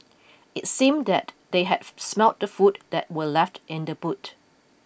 it seemed that they had smelt the food that were left in the boot